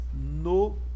no